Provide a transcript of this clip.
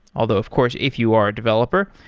although of course if you are a developer,